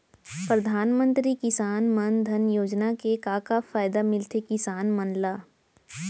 परधानमंतरी किसान मन धन योजना के का का फायदा मिलथे किसान मन ला?